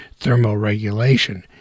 thermoregulation